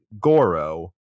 Goro